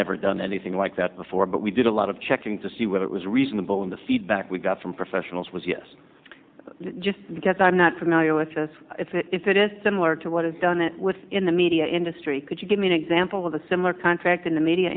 never done anything like that before but we did a lot of checking to see whether it was reasonable in the feedback we got from professionals was yes just guess i'm not familiar with it is similar to what is done it with in the media industry could you give me an example of a similar contract in the media